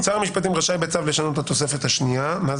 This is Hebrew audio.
"שר המשפטים רשאי, בצו, לשנות את התוספת השנייה".